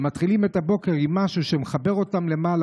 שמתחילים את הבוקר עם משהו שמחבר אותם למעלה,